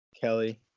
Kelly